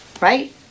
right